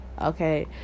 okay